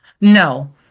No